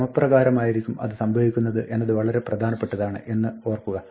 ക്രമപ്രകാരമായിരിക്കും അത് സംഭവിക്കുന്നത് എന്നത് വളരെ പ്രധാനപ്പെട്ടതാണ് എന്ന് ഓർക്കുക